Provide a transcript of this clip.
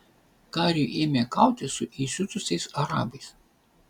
kariui ėmė kautis su įsiutusiais arabais